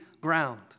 ground